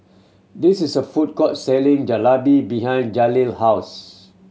this is a food court selling Jalebi behind Jaleel house